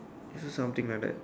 this is something like that